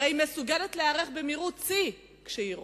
הרי היא מסוגלת להיערך במהירות שיא כשהיא רוצה.